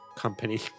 company